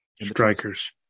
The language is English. Strikers